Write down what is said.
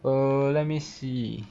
err let me see